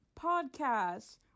Podcasts